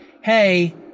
Hey